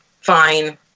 fine